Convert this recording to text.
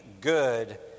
good